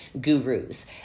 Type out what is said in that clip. gurus